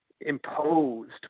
imposed